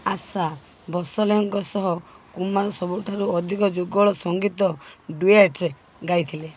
ଆଶା ଭୋସଲେଙ୍କ ସହ କୁମାର ସବୁଠାରୁ ଅଧିକ ଯୁଗଳ ସଙ୍ଗୀତ ଡ଼ୁଏଟ୍ ଗାଇଥିଲେ